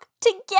together